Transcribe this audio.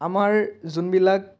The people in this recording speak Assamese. আমাৰ যোনবিলাক